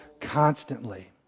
constantly